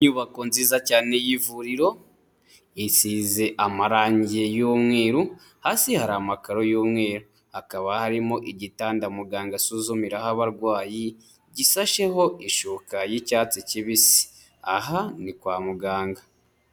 Inyubako nziza cyane y'ivuriro isize amarangi y'umweru hasi hari amakaro y'umweru hakaba harimo igitanda muganga asuzumiraho abarwayi gisasheho ishuka y'icyatsi kibisi aha ni kwa muganga.